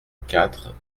quatre